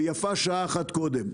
ויפה שעה אחת קודם.